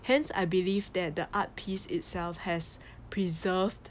hence I believe that the art piece itself has preserved